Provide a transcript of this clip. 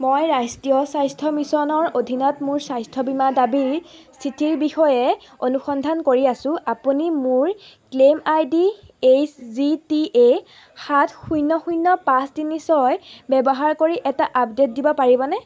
মই ৰাষ্ট্ৰীয় স্বাস্থ্য মিছনৰ অধীনত মোৰ স্বাস্থ্য বীমা দাবী স্থিতিৰ বিষয়ে অনুসন্ধান কৰি আছোঁ আপুনি মোৰ claim ID H G T A সাত শূন্য শূন্য পাঁচ তিনি ছয় ব্যৱহাৰ কৰি এটা আপডেট দিব পাৰিবনে